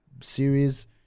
series